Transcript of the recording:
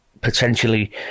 potentially